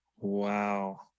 Wow